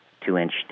two-inch